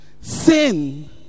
sin